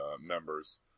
members